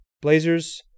Blazers